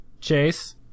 Chase